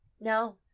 No